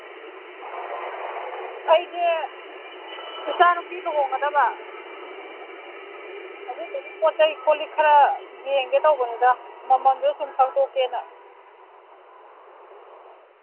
ꯑꯩꯁꯦ ꯏꯆꯥꯅꯨꯄꯤ ꯑꯃ ꯂꯨꯍꯣꯡꯒꯗꯕ ꯑꯗꯨꯗꯨꯒꯤ ꯄꯣꯠ ꯆꯩ ꯀꯣꯜꯂꯤꯛ ꯈꯔ ꯌꯦꯡꯒꯦ ꯇꯧꯕꯅꯤꯗ ꯃꯃꯟꯗꯨ ꯁꯨꯝ ꯈꯪꯗꯣꯛꯀꯦꯅ